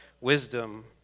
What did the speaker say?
wisdom